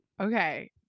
Okay